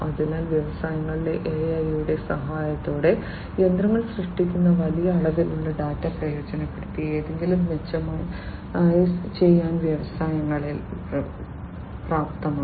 അതിനാൽ വ്യവസായങ്ങളിൽ AI യുടെ സഹായത്തോടെ യന്ത്രങ്ങൾ സൃഷ്ടിക്കുന്ന വലിയ അളവിലുള്ള ഡാറ്റ പ്രയോജനപ്പെടുത്തി എന്തെങ്കിലും മെച്ചമായി ചെയ്യാൻ വ്യവസായങ്ങളിൽ പ്രാപ്തമാണ്